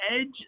edge